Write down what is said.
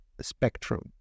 spectrum